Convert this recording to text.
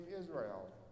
Israel